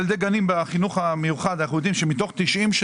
ילדי גנים בחינוך המיוחד אנחנו יודעים שמתוך 90 מיליון